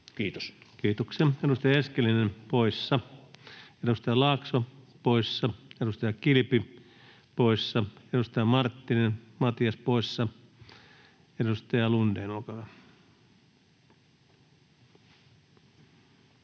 Content: Kiitoksia. — Edustaja Eskelinen poissa, edustaja Laakso poissa, edustaja Kilpi poissa, edustaja Marttinen, Matias poissa. — Edustaja Lundén, olkaa hyvä.